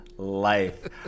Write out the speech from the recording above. life